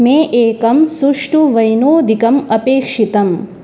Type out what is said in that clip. मे एकं सुष्टुः वैनोदिकम् अपेक्षितम्